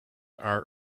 are